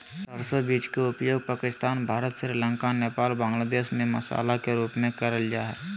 सरसो बीज के उपयोग पाकिस्तान, भारत, श्रीलंका, नेपाल, बांग्लादेश में मसाला के रूप में करल जा हई